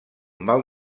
mal